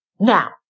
Now